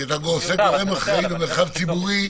כי גורם אחראי במרחב ציבורי,